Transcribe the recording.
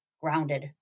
grounded